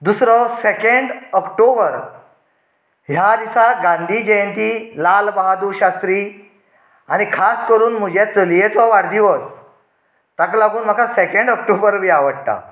दुसरो second October ह्या दिसा गांधी जयंती लाल बहादूर शास्त्री आनी खास करून म्हज्या चलयेचो वाडदिवस ताका लागून म्हाका सेकेंन्ड ऑक्टोबर बी आवडटा